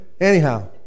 Anyhow